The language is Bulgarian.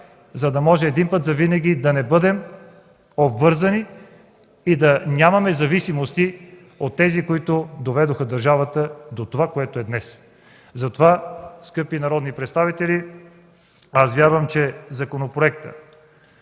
за да може един път завинаги да не бъдем обвързани и да нямаме зависимости от тези, които доведоха държавата до това, което е днес. Скъпи народни представители, аз вярвам, че законопроектът,